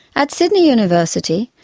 at sydney university,